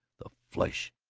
the flesh,